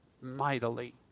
mightily